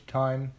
time